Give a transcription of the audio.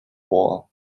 war